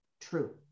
true